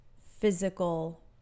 physical